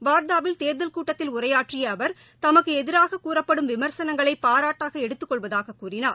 வார்தாவில் தேர்தல் கூட்டத்தில் உரையாற்றிய அவர் தமக்கு எதிராக கூறப்படும் விமர்சனங்களை பாராட்டாக எடுத்துக்கொள்வதாக கூறினார்